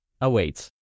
awaits